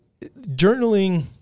journaling